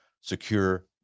secure